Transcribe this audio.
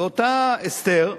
אותה אסתר,